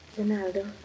Ronaldo